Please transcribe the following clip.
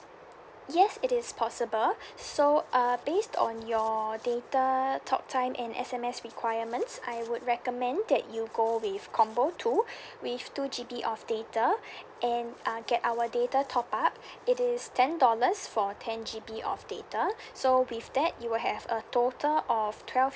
yes it is possible so uh based on your data talk time and S_M_S requirements I would recommend that you go with combo two with two G_B of data and uh get our data top up it is ten dollars for ten G_B of data so with that you will have a total of twelve